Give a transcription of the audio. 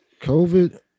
COVID